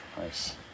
Nice